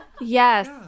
Yes